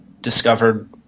discovered